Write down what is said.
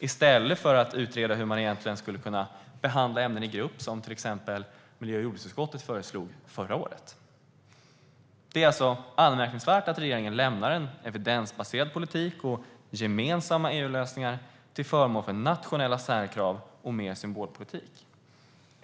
Man skulle i stället kunna utreda hur ämnen kan behandlas i grupp, vilket miljö och jordbruksutskottet föreslog förra året. Det är anmärkningsvärt att regeringen lämnar en evidensbaserad politik och gemensamma EU-lösningar till förmån för nationella särkrav och mer symbolpolitik.